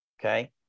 Okay